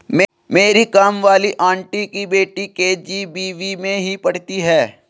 मेरी काम वाली आंटी की बेटी के.जी.बी.वी में ही पढ़ती है